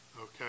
Okay